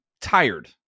tired